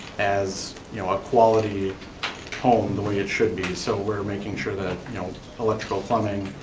as you know a quality home, the way it should be, so we're making sure that you know electrical, plumbing,